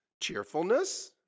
Cheerfulness